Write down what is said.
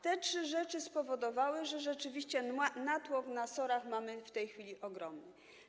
Te trzy rzeczy spowodowały, że rzeczywiście natłok na SOR-ach mamy w tej chwili ogromny.